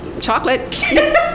chocolate